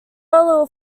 little